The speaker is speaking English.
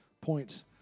points